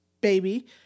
baby